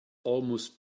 almost